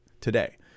today